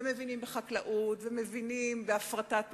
ומבינים בחקלאות, ומבינים בהפרטת הקרקעות,